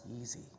easy